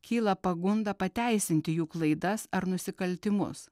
kyla pagunda pateisinti jų klaidas ar nusikaltimus